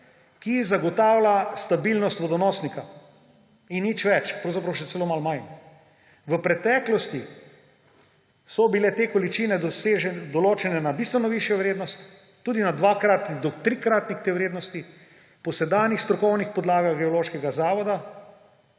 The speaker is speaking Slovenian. ki zagotavlja stabilnost vodonosnika, in nič več. Pravzaprav še celo malo manj. V preteklosti so bile te količine določene na bistveno višjo vrednost, tudi na dvakratnik do trikratnik te vrednosti. Po sedanjih strokovnih podlagah Geološkega zavoda